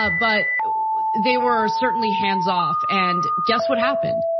ah but they were certainly hands off and guess what happened?